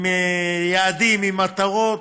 עם יעדים, עם מטרות.